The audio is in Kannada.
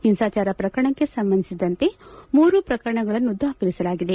ಹಿಂಸಾಚಾರ ಪ್ರಕರಣಕ್ಕೆ ಸಂಬಂಧಿಸಿದಂತೆ ಮೂರು ಪ್ರಕರಣಗಳನ್ನು ದಾಖಲಿಸಲಾಗಿದೆ